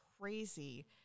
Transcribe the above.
crazy